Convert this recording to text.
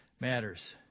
matters